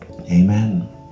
Amen